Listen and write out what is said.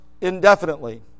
indefinitely